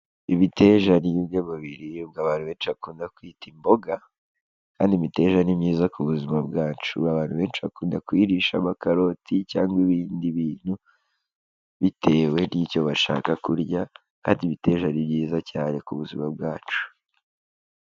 Imiiteja ni bimwe biribwa abantu benshi bakunda kwita imboga, kandi imiteja ni myiza ku buzima bwacu, abantu benshi bakunda kuyirisha amakaroti cyangwa ibindi bintu, bitewe n'icyo bashaka kurya, kandi imiteja ni myiza cyane ku buzima bwacu.